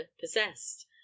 possessed